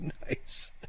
nice